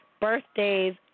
Birthdays